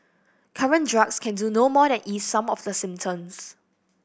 current drugs can do no more than ease some of the symptoms